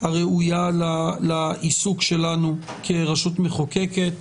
הראויה לעיסוק שלנו כרשות מחוקקת.